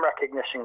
recognition